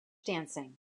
dancing